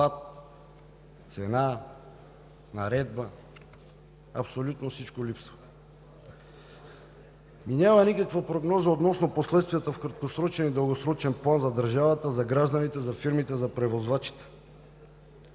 обхват, цена, наредба. Абсолютно всичко липсва. Няма никаква прогноза относно последствията в краткосрочен и дългосрочен план за държавата, за гражданите, за фирмите, за превозвачите.